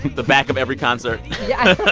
the back of every concert yeah.